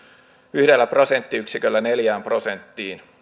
yhdellä prosenttiyksiköllä neljään prosenttiin